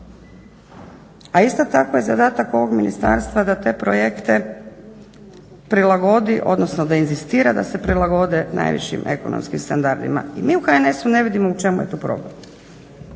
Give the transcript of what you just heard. A isto tako je zadatak ovog ministarstva da te projekte prilagodi, odnosno da inzistira da se prilagode najvišim ekonomskim standardima. I mi u HNS-u ne vidimo u čemu je tu problem.